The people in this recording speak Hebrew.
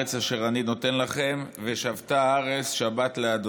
הארץ אשר אני נֹתן לכם ושבתה הארץ שבת לה'.